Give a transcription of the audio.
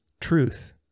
truth